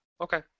okay